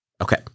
Okay